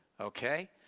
Okay